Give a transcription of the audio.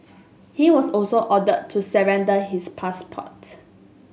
he was also ordered to surrender his passport